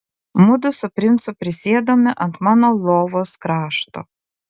mudu su princu prisėdome ant mano lovos krašto